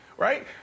Right